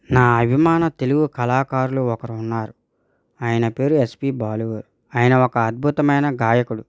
నా అభిమాన తెలుగు కళాకారులు ఒకరు ఉన్నారు ఆయన పేరు ఎస్పి బాలు గారు ఆయన ఒక అద్భుతమైన గాయకుడు